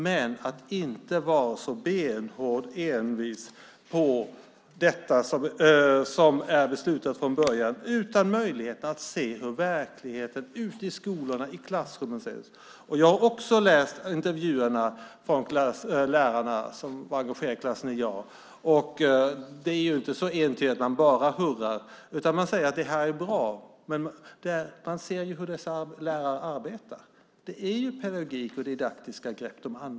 Men var inte så benhårt envis med det som är beslutat från början utan ta möjligheten att se hur det ser ut i skolorna och klassrummen. Jag har också läst intervjuerna med lärarna som var engagerade i Klass 9 A . Det är ju inte så att man bara hurrar, men man säger att det är bra. Man ser ju hur lärarna arbetar. De använder pedagogik och didaktiska grepp.